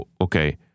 okay